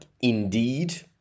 indeed